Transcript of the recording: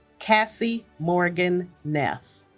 casi morgan neff